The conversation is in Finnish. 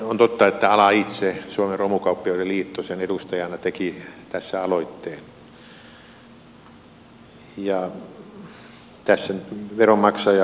on totta että ala itse suomen romukauppiaiden liitto sen edustajana teki tässä aloitteen